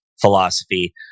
philosophy